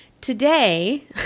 Today